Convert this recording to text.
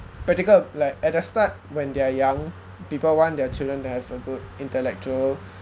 practical like at the start when they're young people want their children to have a good intellectual